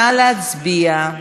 נא להצביע.